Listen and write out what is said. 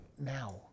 now